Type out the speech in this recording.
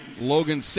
Logan